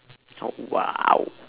so !wow!